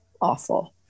awful